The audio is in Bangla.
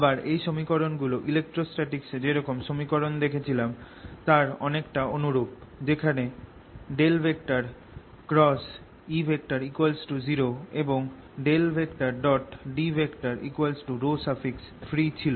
আবার এই সমীকরণ গুলো ইলেক্ট্রোস্ট্যাটিকস এ যেরকম সমীকরণ দেখেছিলাম তার অনেকটা অনুরূপ যেখানে E0 এবং D free ছিল